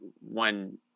one